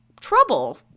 trouble